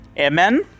Amen